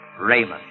Raymond